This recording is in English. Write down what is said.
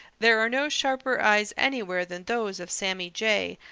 there are no sharper eyes anywhere than those of sammy jay,